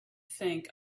think